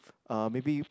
uh maybe